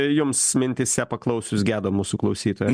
jums mintyse paklausius gedo mūsų klausytojo